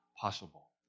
possible